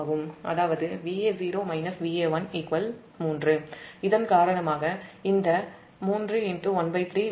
அதாவது Va0 Va1 3 இதன் காரணமாக இந்த 3 13 Vb